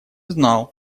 знал